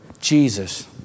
Jesus